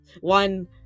One